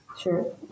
Sure